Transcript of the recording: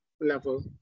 level